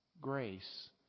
Grace